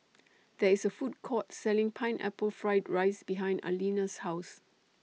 There IS A Food Court Selling Pineapple Fried Rice behind Alina's House